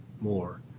more